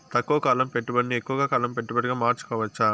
తక్కువ కాలం పెట్టుబడిని ఎక్కువగా కాలం పెట్టుబడిగా మార్చుకోవచ్చా?